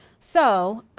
so,